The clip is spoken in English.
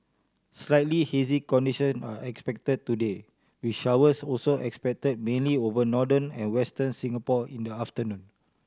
slightly hazy condition are expected today with showers also expected mainly over northern and Western Singapore in the afternoon